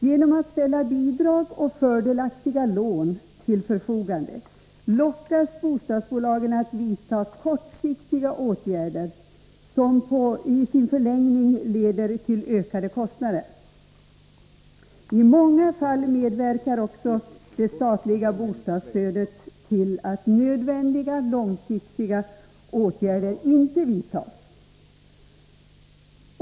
Genom att det ställs bidrag och fördelaktiga lån till förfogande lockas bostadsbolagen att vidta kortsiktiga åtgärder som i sin förlängning ofta leder till ökade kostnader. I många fall medverkar också det statliga bostadsstödet till att nödvändiga långsiktiga åtgärder inte vidtas.